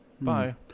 Bye